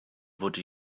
wurde